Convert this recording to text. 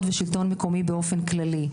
המקומיות ושל השלטון המקומי באופן כללי,